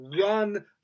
Run